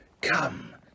come